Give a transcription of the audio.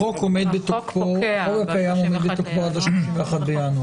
החוק הקיים עומד בתוקפו עד ה-31 בינואר.